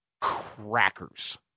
crackers